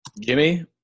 Jimmy